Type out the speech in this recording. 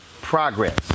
progress